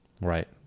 Right